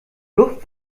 duft